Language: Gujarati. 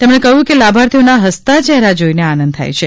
તેમણે કહ્યું કે લાભાર્થીઓના હસતા ચહેરા જોઈને આનંદ થાય છે